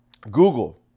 Google